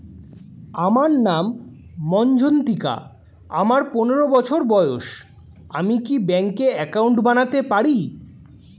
আমার নাম মজ্ঝন্তিকা, আমার পনেরো বছর বয়স, আমি কি ব্যঙ্কে একাউন্ট বানাতে পারি?